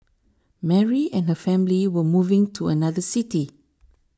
Mary and her family were moving to another city